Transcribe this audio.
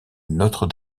notre